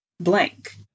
blank